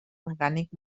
orgànic